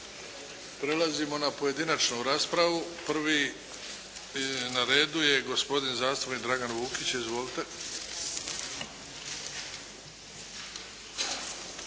Prelazimo na pojedinačnu raspravu. Prvi na redu je gospodin zastupnik Dragan Vukić. Izvolite!